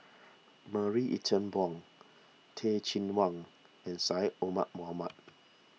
Marie Ethel Bong Teh Cheang Wan and Syed Omar Mohamed